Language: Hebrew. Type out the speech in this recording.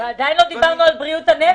ועדיין לא דיברנו על בריאות הנפש,